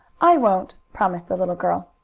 i won't, promised the little girl.